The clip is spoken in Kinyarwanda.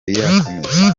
yakomeza